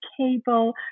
cable